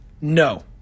No